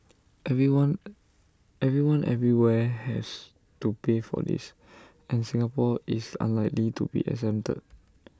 everyone everyone everywhere has to pay for this and Singapore is unlikely to be exempted